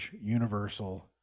universal